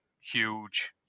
huge